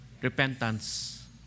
Repentance